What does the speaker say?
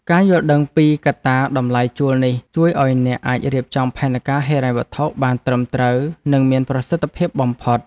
ការយល់ដឹងពីកត្តាតម្លៃជួលនេះជួយឱ្យអ្នកអាចរៀបចំផែនការហិរញ្ញវត្ថុបានត្រឹមត្រូវនិងមានប្រសិទ្ធភាពបំផុត។